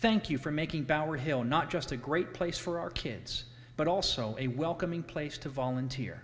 thank you for making power hill not just a great place for our kids but also a welcoming place to volunteer